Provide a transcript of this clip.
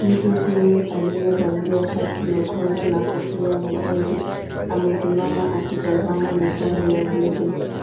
Mtu huyu aliyevalia shati nyekundu na kofia nyekundu amesimama akitazama mikungu ya ndizi.